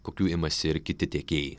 kokių imasi ir kiti tiekėjai